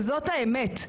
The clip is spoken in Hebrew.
וזאת האמת.